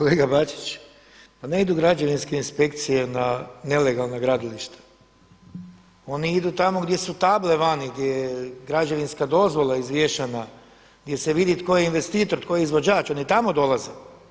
Kolega Bačić, pa ne idu građevinske inspekcije na nelegalna gradilišta, oni idu tamo gdje su table vani, gdje je građevinska dozvola izvješena, gdje se vidi tko je investitor, tko je izvođač, oni tamo dolaze.